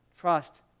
Trust